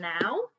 now